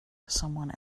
someone